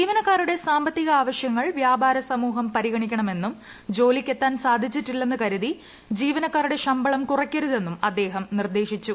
ജീവനക്കാരുടെ സാമ്പത്തിക ആവശ്യങ്ങൾ വ്യാപാര സമൂഹം പരിഗണിക്കണമെന്നും ജോലിക്കെത്താൻ സാധിച്ചിട്ടില്ലെന്ന് കരുതി ജീവനക്കാരുടെ ശമ്പളം കുറയ്ക്കരുതെന്നും അദ്ദേഹം നിർദ്ദേശിച്ചു